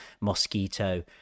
Mosquito